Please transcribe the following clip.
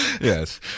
Yes